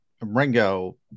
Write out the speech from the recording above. Ringo